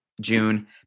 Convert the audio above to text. June